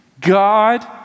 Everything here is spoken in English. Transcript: God